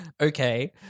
okay